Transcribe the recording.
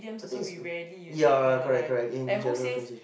I think is ya correct correct in general conversation